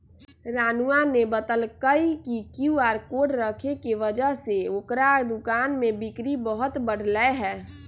रानूआ ने बतल कई कि क्यू आर कोड रखे के वजह से ओकरा दुकान में बिक्री बहुत बढ़ लय है